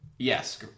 Yes